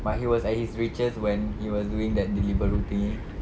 but he was at his riches when he was doing that Deliveroo thingy